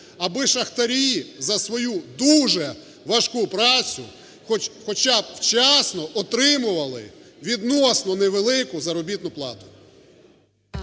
аби шахтарі за свою дуже важку працю хоча б вчасно отримували відносно невелику заробітну плату.